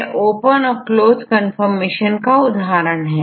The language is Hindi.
यह ओपन और क्लोज कन्फर्मेशन का उदाहरण है